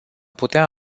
putea